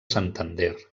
santander